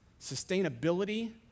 sustainability